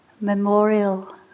memorial